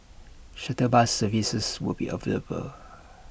shuttle bus services will be available